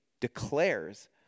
declares